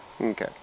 okay